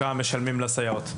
כמה הן משלמות לסייעות?